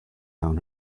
down